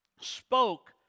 spoke